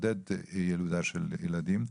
לעודד ילודה של ילדים,